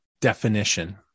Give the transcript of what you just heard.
definition